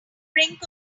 brink